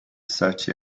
such